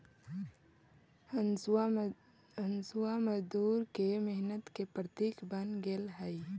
हँसुआ मजदूर के मेहनत के प्रतीक बन गेले हई